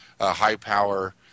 high-power